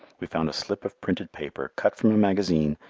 we found a slip of printed paper, cut from a magazine,